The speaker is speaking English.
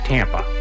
Tampa